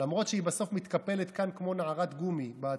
למרות שהיא בסוף מתקפלת כאן כמו נערת גומי בהצבעות.